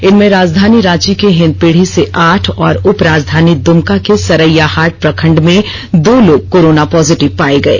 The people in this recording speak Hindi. इनमें राजधानी रांची के हिंदपीढ़ि से आठ और उपराजधानी दुमका के सर्रैयाहाट प्रखंड में दो लोग कोरोना पोजिटिव पाये गये